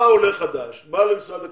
בא עולה חדש, בא למשרד הקליטה,